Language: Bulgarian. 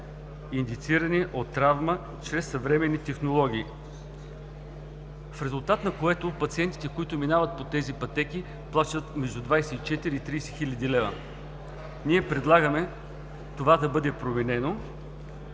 индицирани от травма чрез съвременни технологии, в резултат на което пациентите, които минават по тези пътеки, плащат между 24 и 30 хил. лв. Предлагаме това да бъде променено,